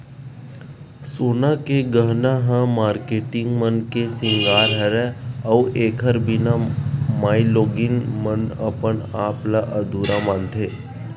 सोना के गहना ह मारकेटिंग मन के सिंगार हरय अउ एखर बिना माइलोगिन मन अपन आप ल अधुरा मानथे